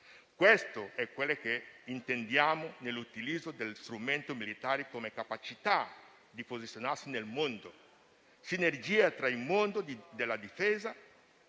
Questo è quello che intendiamo con l'utilizzo dello strumento militare come capacità di posizionarsi nel mondo: sinergia tra il mondo della difesa, quello